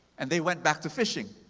and they went back to fishing.